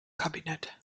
kabinett